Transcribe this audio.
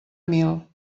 mil